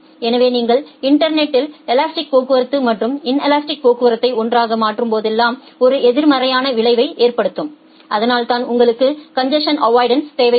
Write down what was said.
எனவே நீங்கள் இன்டர்நெட்டில் எலாஸ்டிக் போக்குவரத்து மற்றும் இன்லஸ்ட்டிக் போக்குவரத்தை ஒன்றாக மாற்றும் போதெல்லாம் ஒரு எதிர் மறையான விளைவை ஏற்படுத்தும் அதனால்தான் உங்களுக்கு காங்கேசஷன் அவ்வ்ய்டன்ஸ் தேவைப்படும்